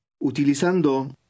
Utilizando